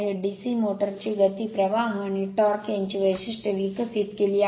DC motor ची गती प्रवाह आणि टॉर्क यांची वैशिष्ट्ये विकसित केली आहेत